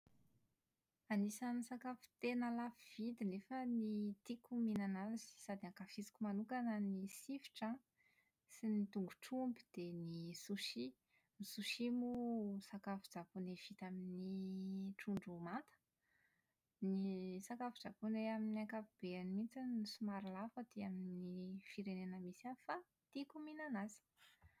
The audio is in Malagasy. Anisan'ny sakafo tena lafo vidy nefany tiako ny mihinana azy sady ankafiziko manokana ny sifotra an, sy ny tongotr'omby dia ny sushi. Ny sushi moa sakafo japone vita amin'ny trondro manta. Ny sakafo japone mihitsy amin'ny ankapobeny mihitsy no somary lafo aty amin'ny firenena misy ahy fa tiako ny mihinana azy.